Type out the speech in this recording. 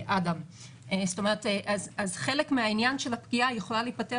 חלק מהעניין של הפגיעה יכול להיפתר